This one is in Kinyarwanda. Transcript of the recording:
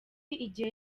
igihe